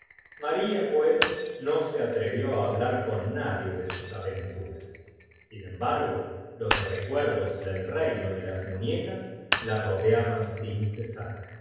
maria pues no se atrevió á hablar con e a l nadie de sus aventuras sin embarg o los recuerdos del reino de las muñecas la rodeaban sin cesar